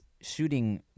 shooting